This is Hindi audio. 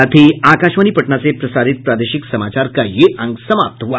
इसके साथ ही आकाशवाणी पटना से प्रसारित प्रादेशिक समाचार का ये अंक समाप्त हुआ